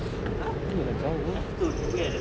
punya lah jauh